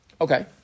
Okay